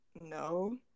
no